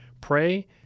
Pray